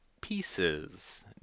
Pieces